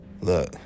Look